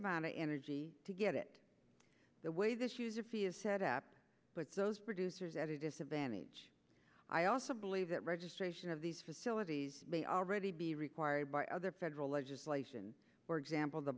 amount of energy to get it the way this user fee is set up puts those producers at a disadvantage i also believe that registration of these facilities may already be required by other federal legislation for example the